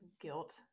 guilt